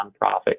nonprofit